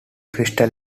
crystal